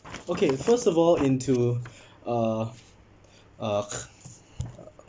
okay first of all into uh uh